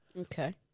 Okay